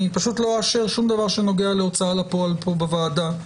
אני פשוט לא אאשר שום דבר שקשור להוצאה לפועל פה בוועדה.